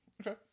okay